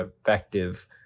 effective